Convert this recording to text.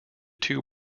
two